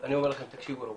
אני אומר לכם, תקשיבו רבותיי,